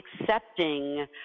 accepting